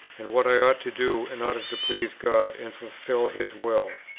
and what i ought to do in order to please god and fulfil his will.